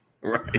right